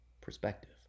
perspective